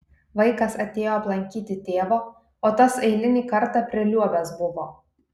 vaikas atėjo aplankyti tėvo o tas eilinį kartą priliuobęs buvo